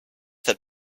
that